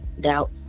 doubt